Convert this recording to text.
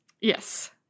Yes